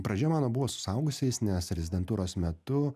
pradžia mano buvo su suaugusiais nes rezidentūros metu